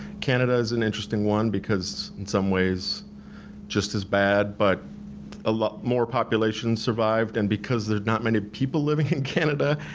canada is an interesting one, because in some ways just as bad, but more populations survived and because there are not many people living in canada,